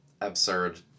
absurd